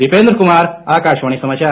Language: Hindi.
दीपेन्द्र कुमार आकाशवाणी समाचार